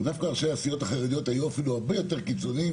דווקא אנשי הסיעות החרדיות היו אפילו הרבה יותר קיצוניים,